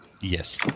Yes